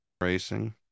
racing